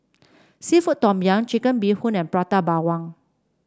seafood Tom Yum Chicken Bee Hoon and Prata Bawang